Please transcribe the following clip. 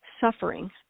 suffering